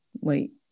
wait